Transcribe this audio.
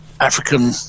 African